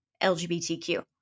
LGBTQ